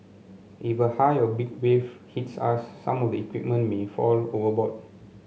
if a high or big wave hits us some of the equipment may fall overboard